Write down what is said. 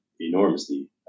enormously